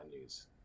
news